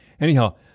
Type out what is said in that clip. Anyhow